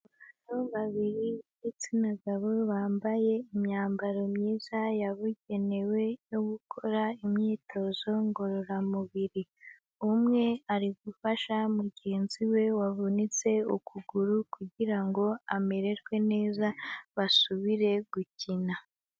Abantu babiri b'igitsina gabo bambaye imyambaro myiza yabugenewe yo gukora imyitozo ngororamubiri, umwe ari gufasha mugenzi we wavunitse ukuguru, kugirango amererwe neza basubire gukina.